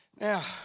Now